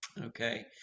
okay